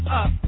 up